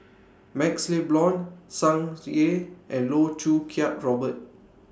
MaxLe Blond Tsung Yeh and Loh Choo Kiat Robert